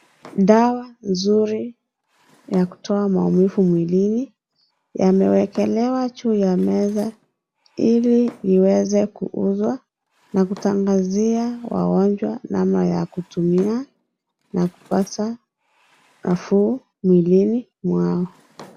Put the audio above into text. Dawa nzuri ya kutoa maumivu mwilini yamewekelewa juu ya meza ili iweze kuuzwa na kutangazia wagonjwa namna ya kutumia na kupata nafuu mwilini mwao.